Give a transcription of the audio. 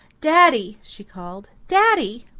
daddy! she called, daddy!